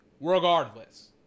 regardless